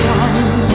one